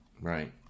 Right